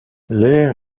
l’air